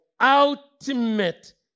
ultimate